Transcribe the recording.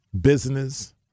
business